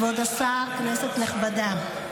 כבוד השר, כנסת נכבדה,